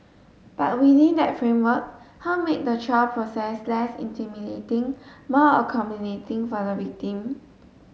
but within that framework how make the trial process less intimidating more accommodating for the victim